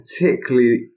particularly